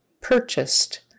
purchased